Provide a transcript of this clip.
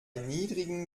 niedrigen